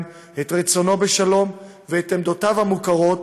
את רצונו בשלום ואת עמדותיו המוכרות,